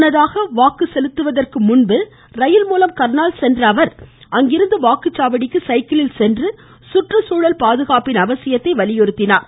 முன்னதாக வாக்கு செலுத்துவதற்கு சண்டிகரிலிருந்து ரயில்மூலம் கர்ணால் சென்ற அவர் அங்கிருந்து வாக்குச்சாவடிக்கு சைக்கிளில் சென்று சுற்றுச்சூழல் பாதுகாப்பின் அவசியத்தை வலியுறுத்தினார்